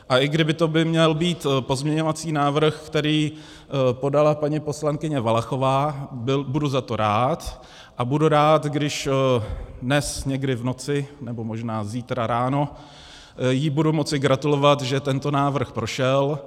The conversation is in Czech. A i kdyby to měl být pozměňovací návrh, který podala paní poslankyně Valachová, budu za to rád a budu rád, když dnes někdy v noci, nebo možná zítra ráno jí budu moci gratulovat, že tento návrh prošel.